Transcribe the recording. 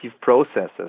processes